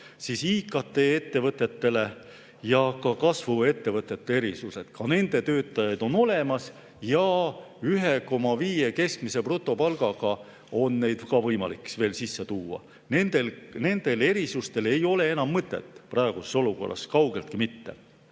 samuti IKT-ettevõtete ja kasvuettevõtete puhul kehtivaid. Ka nende töötajad on olemas ja 1,5 keskmise brutopalga eest on neid ka võimalik veel sisse tuua. Nendel erisustel ei ole enam mõtet praeguses olukorras – kaugeltki mitte.